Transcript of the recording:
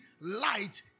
light